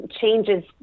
changes